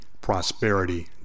prosperity